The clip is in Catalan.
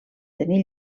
tenir